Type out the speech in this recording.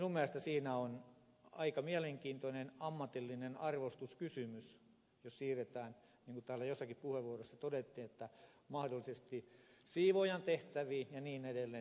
minun mielestäni siinä on aika mielenkiintoinen ammatillinen arvostuskysymys jos siirretään niin kuin täällä jossakin puheenvuorossa todettiin mahdollisesti siivoojan tehtäviin ja niin edelleen